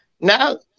Now